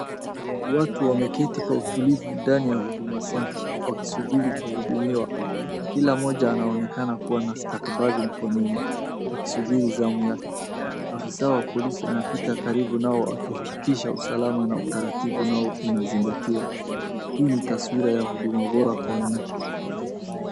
Watu wameketi kwa utulivu ndani ya huduma centre wakisubiri kuhudumiwa. Kila mmoja anaonekana kuwa na stakabadhi mkononi akisubiri zamu yake. Afisa wa polisi anapita karibu nao akihakikisha usalama na utaratibu nao unazingatiwa. Hii ni taswira ya huduma bora kwa wananchi.